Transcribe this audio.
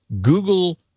Google